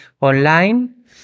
online